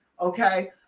Okay